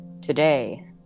Today